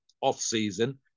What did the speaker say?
off-season